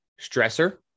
stressor